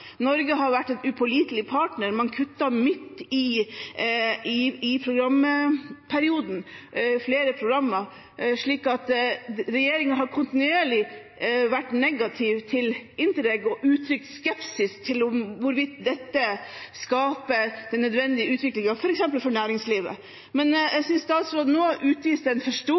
Norge har vært en upålitelig partner, man kuttet flere programmer midt i programperioden, slik at regjeringen har kontinuerlig vært negativ til Interreg og uttrykt skepsis til hvorvidt dette skaper den nødvendige utviklingen, f.eks. for næringslivet. Men jeg synes statsråden nå utviste en